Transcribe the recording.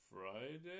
Friday